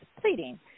pleading